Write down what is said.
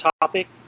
topic